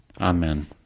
Amen